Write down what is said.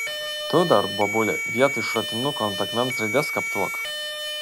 tu dar bobule vietoj šratinuko ant akmens raides skaptuok